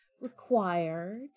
required